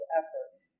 efforts